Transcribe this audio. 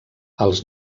els